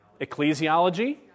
Ecclesiology